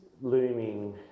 looming